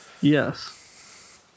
Yes